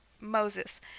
Moses